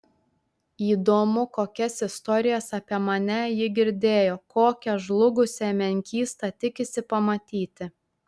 įdomu kokias istorijas apie mane ji girdėjo kokią žlugusią menkystą tikisi pamatyti